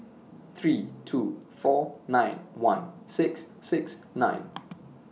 three two four nine one six six nine